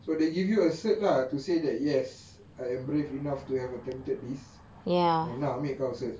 so they give you a cert lah to say that yes I am brave enough to have attempted this and nah ambil kau punya cert